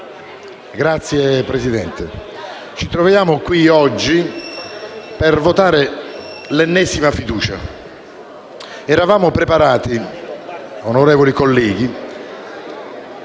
Signor Presidente, ci troviamo qui oggi per votare l'ennesima fiducia. Eravamo preparati, onorevoli colleghi,